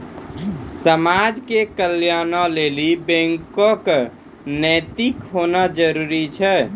समाज के कल्याणों लेली बैको क नैतिक होना जरुरी छै